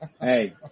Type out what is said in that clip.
hey